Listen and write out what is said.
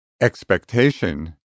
Expectation